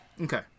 Okay